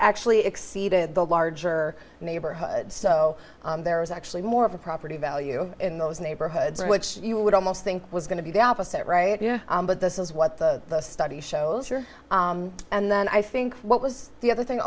actually exceeded the larger neighborhoods so busy there was actually more of a property value in those neighborhoods which you would almost think was going to be the opposite right yeah but this is what the study shows are and then i think what was the other thing